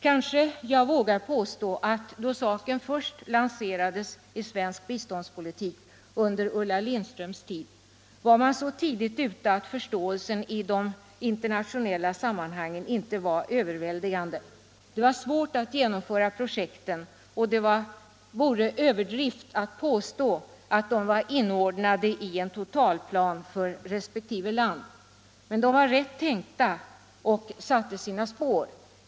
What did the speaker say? Kanske jag vågar påstå att då saken först lanserades i svensk biståndspolitik, under Ulla Lindströms tid, var man så tidigt ute att förståelsen i de internationella sammanhangen inte var överväldigande. Det var svårt att genomföra projekten, och det vore överdrift att påstå att de var inordnade i en totalplan i resp. land. Men de var rätt tänkta och satte sina spår.